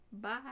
Bye